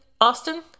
austin